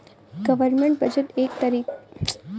government budget एक तरह का वार्षिक वित्तीय विवरण है